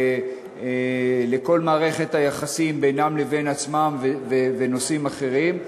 לכל מערכת היחסים בינם לבין עצמם ונושאים אחרים,